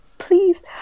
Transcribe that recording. Please